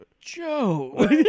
Joe